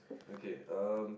okay um